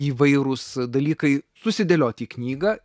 įvairūs dalykai susidėlioti į knygą